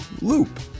loop